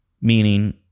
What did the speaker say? Meaning